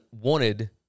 wanted